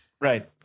right